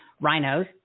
rhinos